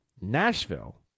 Nashville